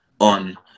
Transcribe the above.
on